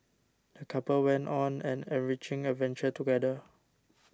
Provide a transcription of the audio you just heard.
the couple went on an enriching adventure together